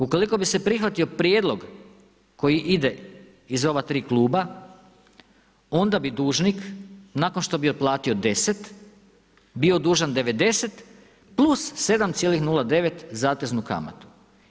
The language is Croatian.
Ukoliko bi se prihvatio prijedlog koji ide iz ova 3 kluba, onda bi dužnik nakon što bi otplatio 10 bio dužan 90 + 7,09 zateznu kamatu.